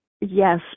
yes